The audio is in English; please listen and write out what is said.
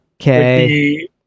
Okay